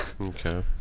Okay